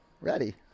Ready